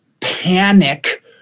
panic